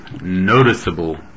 noticeable